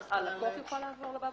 אתה נשאר עכשיו בלי